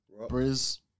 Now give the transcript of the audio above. Briz